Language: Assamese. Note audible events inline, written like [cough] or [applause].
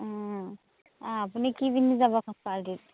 অ আপুনি কি পিন্ধি যাব [unintelligible]